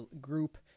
group